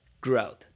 growth